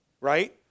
Right